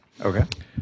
Okay